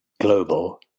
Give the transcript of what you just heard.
global